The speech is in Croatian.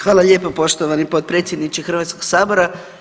Hvala lijepo poštovani potpredsjedniče Hrvatskog sabora.